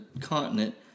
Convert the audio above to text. continent